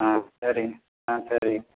ஆ சரி ஆ சரி